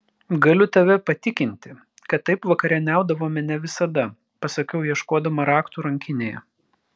galiu tave patikinti kad taip vakarieniaudavome ne visada pasakiau ieškodama raktų rankinėje